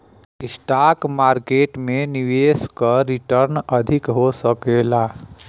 stock market में निवेश क रीटर्न अधिक हो सकला